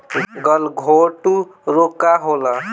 गलघोंटु रोग का होला?